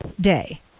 day